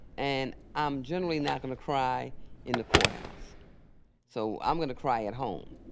and i'm generally not gonna cry in the courthouse so i'm going to cry at home.